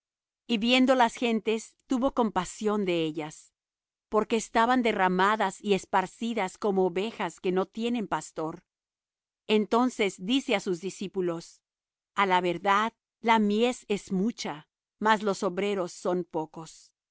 y viendo las gentes tuvo compasión de ellas porque estaban derramadas y esparcidas como ovejas que no tienen pastor entonces dice á sus discípulos a la verdad la mies es mucha mas los obreros pocos